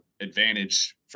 advantage